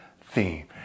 theme